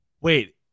Wait